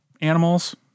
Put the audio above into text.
animals